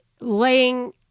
laying